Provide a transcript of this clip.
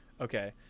okay